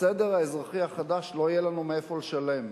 בסדר האזרחי החדש לא יהיה לנו מאיפה לשלם.